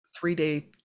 three-day